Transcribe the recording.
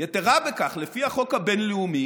יתרה מזו, לפי החוק הבין-לאומי,